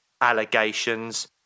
allegations